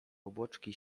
obłoczki